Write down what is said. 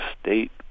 state